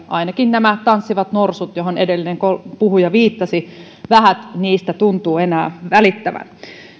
ainakin nämä tanssivat norsut johon edellinen puhuja viittasi vähät tuntuvat enää välittävän